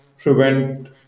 prevent